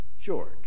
George